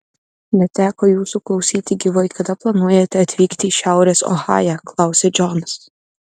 neteko jūsų klausyti gyvai kada planuojate atvykti į šiaurės ohają klausia džonas